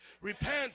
repent